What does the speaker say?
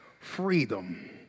freedom